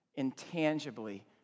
intangibly